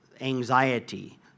anxiety